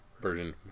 version